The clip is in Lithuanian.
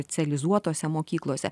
celizuotose mokyklose